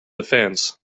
defence